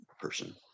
person